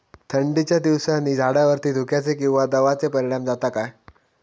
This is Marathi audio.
थंडीच्या दिवसानी झाडावरती धुक्याचे किंवा दवाचो परिणाम जाता काय?